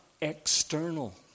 external